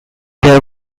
there